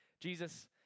Jesus